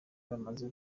bamaze